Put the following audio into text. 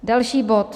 Další bod.